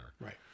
Right